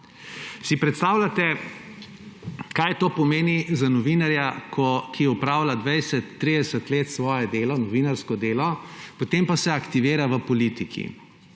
Si predstavljate, kaj to pomeni za novinarja, ki opravlja 20, 30 let svoje novinarsko delo, potem pa se aktivira v politiki